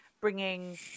bringing